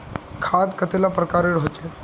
खाद कतेला प्रकारेर होचे?